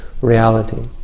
reality